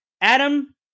Adam